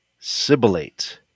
Sibilate